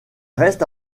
reste